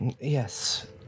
yes